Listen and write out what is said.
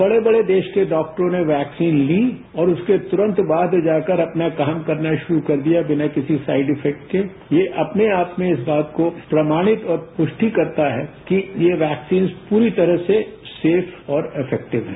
बड़े बड़े देश के डॉक्टरों ने वैक्सीन ली और उसके तुरंत बाद जाकर अपना काम करना शुरू कर दिया बिना किसी साइड इफेक्ट के ये अपने आपको इस बात में प्रमाणित और पुष्टि करता है कि यह वैक्सीन पूरी तरह से सेफ और इफेक्टिव है